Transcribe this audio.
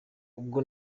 ubwo